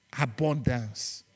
abundance